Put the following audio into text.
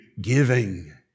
giving